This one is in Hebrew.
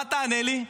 מה תענה לי?